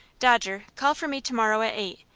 dodger, call for me to-morrow at eight,